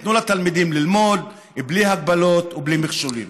תנו לתלמידים ללמוד בלי הגבלות ובלי מכשולים.